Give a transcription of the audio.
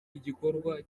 igikorwa